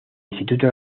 instituto